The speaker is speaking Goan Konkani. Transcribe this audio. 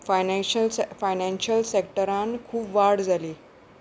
फायनशयल फायनशियल सॅक्टरान खूब वाड जाली